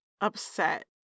upset